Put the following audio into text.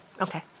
Okay